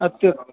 അതെയോ